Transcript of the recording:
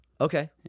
okay